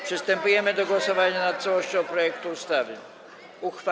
Przystępujemy do głosowania nad całością projektu uchwały.